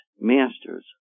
masters